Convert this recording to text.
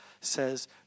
says